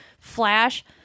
flash